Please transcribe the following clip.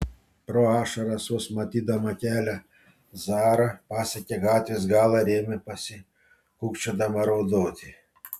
pro ašaras vos matydama kelią zara pasiekė gatvės galą ir ėmė pasikūkčiodama raudoti